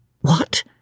What